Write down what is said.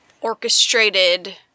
orchestrated